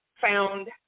found